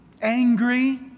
angry